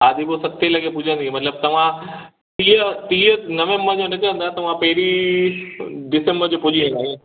आदिपुर सतें लॻे पुॼंदी मतिलबु तव्हां टीह टीह नवम्बर जो निकिरंदा तव्हां पहिरीं दिसम्बर जो पुॼी वेंदा ईअं